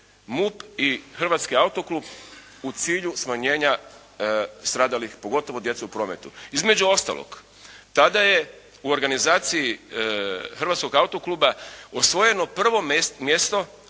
MUP i Hrvatski autoklub u cilju smanjenja stradalih, pogotovo djece u prometu. Između ostalog, tada je u organizaciji Hrvatskog autokluba osvojeno prvo mjesto